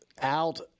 out